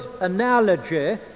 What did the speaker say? analogy